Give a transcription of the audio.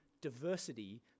diversity